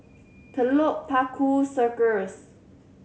Telok Paku Circus